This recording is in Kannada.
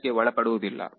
ಇದು ಇದಕ್ಕೆ ಒಳಪಡುವುದಿಲ್ಲ